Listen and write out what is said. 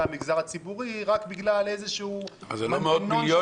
המגזר הציבורי רק בגלל איזה שהוא מנגנון של